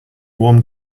warm